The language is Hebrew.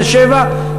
תל-שבע,